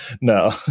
No